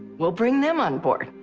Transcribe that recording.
we'll bring them on board.